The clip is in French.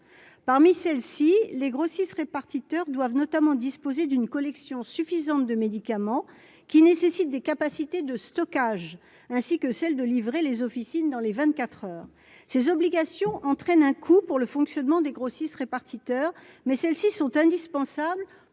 parmi celles-ci, les grossistes répartiteurs doivent notamment disposer d'une collection suffisante de médicaments qui nécessite des capacités de stockage ainsi que celle de livrer les officines dans les 24 heures ses obligations entraîne un coût pour le fonctionnement des grossistes répartiteurs, mais celles-ci sont indispensables